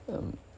um